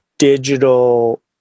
Digital